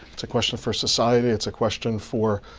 it's a question for society, it's a question for